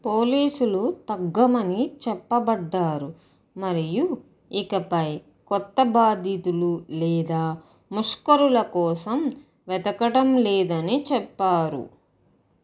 పోలీసులు తగ్గమని చెప్పబడ్డారు మరియు ఇక పై కొత్త బాధితులు లేదా ముష్కరుల కోసం వెతకటం లేదని చెప్పారు